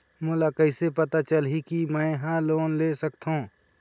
मोला कइसे पता चलही कि मैं ह लोन ले सकथों?